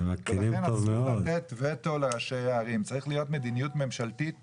ולכן צריכה להיות מדיניות ממשלתית